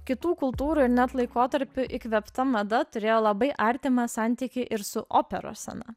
kitų kultūrų ir net laikotarpių įkvėpta mada turėjo labai artimą santykį ir su operos scena